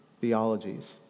theologies